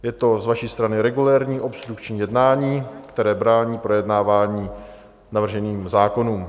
Je to z vaší strany regulérní obstrukční jednání, které brání projednání navržených zákonů.